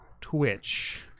Twitch